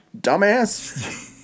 dumbass